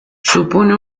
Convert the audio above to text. supone